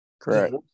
correct